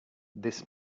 this